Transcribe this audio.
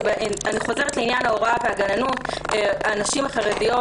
אני חוזרת לעניין ההוראה והגננות הנשים החרדיות